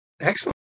Excellent